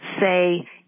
say